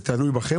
זה תלוי בכם?